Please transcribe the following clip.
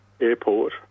Airport